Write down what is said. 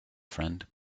friend